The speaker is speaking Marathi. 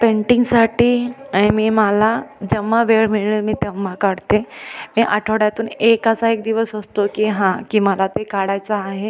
पेंटिंगसाठी अय् मी मला जेव्हा वेळ मिळेल मी तेव्हा काढते मी आठवड्यातून एक असा एक दिवस असतो की हां की मला ते काढायचं आहे